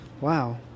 Wow